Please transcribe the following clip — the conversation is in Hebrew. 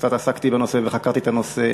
קצת עסקתי בנושא וחקרתי את הנושא,